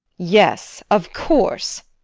yes, of course.